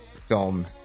film